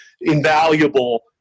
invaluable